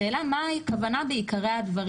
השאלה היא מה הכוונה בעיקרי הדברים?